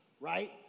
right